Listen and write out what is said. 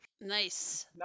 Nice